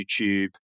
YouTube